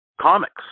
comics